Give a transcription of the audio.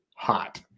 hot